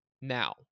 now